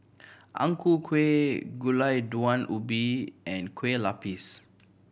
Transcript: Ang Ku Kueh Gulai Daun Ubi and Kueh Lapis